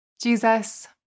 Jesus